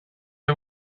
the